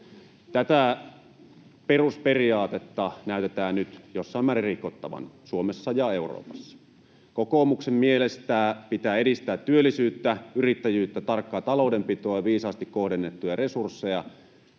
Tätä perusperiaatetta näytetään nyt jossain määrin rikottavan Suomessa ja Euroopassa. Kokoomuksen mielestä pitää edistää työllisyyttä, yrittäjyyttä, tarkkaa taloudenpitoa ja viisaasti kohdennettuja resursseja,